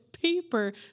Paper